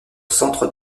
centre